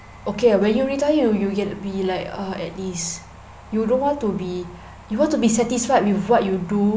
okay ah when you retire you you get to be like uh at ease you don't want to be you want to be satisfied with what you do